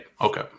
okay